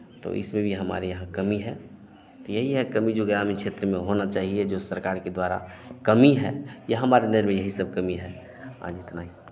तो इसमें भी हमारे यहाँ कमी है तो यही है कमी जो ग्रामीण क्षेत्र में होना चाहिए जो सरकार के द्वारा कमी है यह हमारे अंदर में यही सब कमी है आज इतना ही